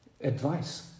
Advice